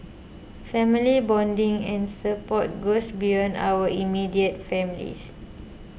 family bonding and support goes beyond our immediate families